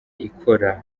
ikora